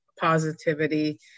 positivity